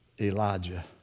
Elijah